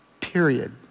period